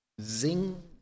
zing